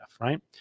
Right